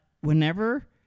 whenever